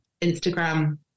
Instagram